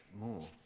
more